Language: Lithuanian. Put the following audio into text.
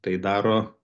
tai daro